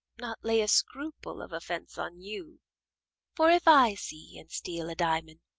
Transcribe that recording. not lay a scruple of offence on you for if i see and steal a diamond,